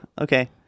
Okay